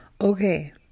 okay